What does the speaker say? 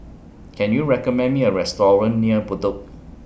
Can YOU recommend Me A Restaurant near Bedok